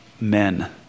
men